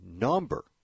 number